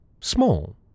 small